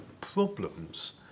problems